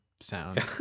sound